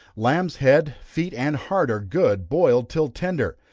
lamb's head, feet, and heart, are good, boiled till tender,